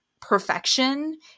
perfection